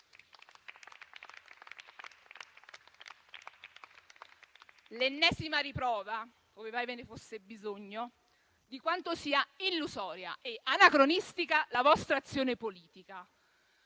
l'ennesima riprova, ove mai ve ne fosse bisogno, di quanto sia illusoria e anacronistica la vostra azione politica.